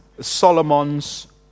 Solomon's